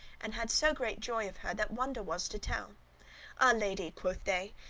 and had so great joy of her, that wonder was to tell. ah lady! quoth they,